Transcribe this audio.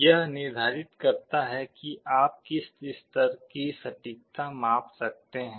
यह निर्धारित करता है कि आप किस स्तर की सटीकता माप सकते हैं